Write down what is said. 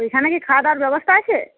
ওইখানে কি খাওয়াদাওয়ার ব্যবস্থা আছে